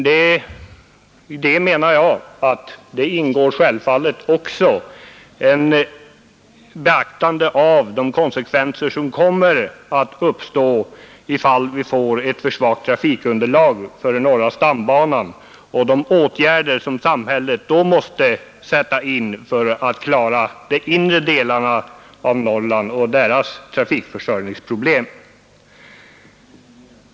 I detta menar jag att det självfallet också ingår beaktande av de konsekvenser som kommer att uppstå om vi får ett för svagt trafikunderlag för norra stambanan och de åtgärder som samhället då måste sätta in för att klara de inre delarna av Norrland och deras trafikförsörjningsproblem.